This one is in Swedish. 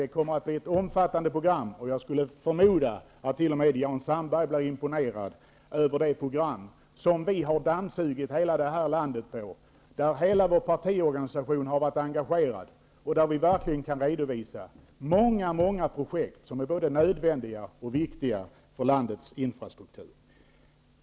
Det kommer att bli ett omfattande program, och jag skulle förmoda att t.o.m. Jan Sandberg blir imponerad över det program som vi har skapat efter att ha dammsugit hela det här landet på dess behov. Hela vår partiorganisation har varit engagerad, och vi kan verkligen redovisa många projekt som är både nödvändiga och viktiga för landets infrastruktur.